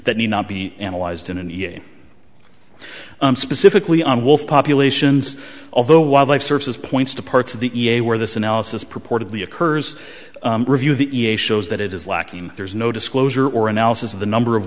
that need not be analyzed in an even specifically on wolf populations although wildlife services points to parts of the e p a where this analysis purportedly occurs review the e p a shows that it is lacking there is no disclosure or analysis of the number of